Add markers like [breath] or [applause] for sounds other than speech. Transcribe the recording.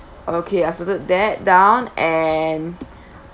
okay I will note that down and [breath]